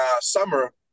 summer